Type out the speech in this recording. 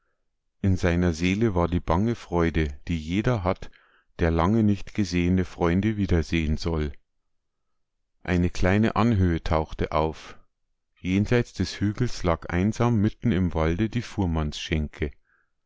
in seiner seele war die bange freude die jeder hat der lange nicht gesehene freunde wiedersehen soll eine kleine anhöhe tauchte auf jenseits des hügels lag einsam mitten im walde die